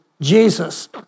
Jesus